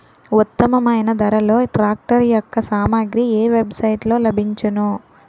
ఉత్తమమైన ధరలో ట్రాక్టర్ యెక్క సామాగ్రి ఏ వెబ్ సైట్ లో లభించును?